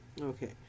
Okay